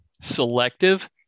selective